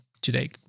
today